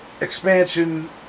expansion